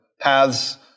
paths